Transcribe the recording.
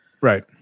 Right